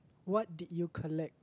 what did you collect